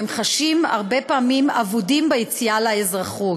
הרבה פעמים הם חשים אבודים ביציאה לאזרחות,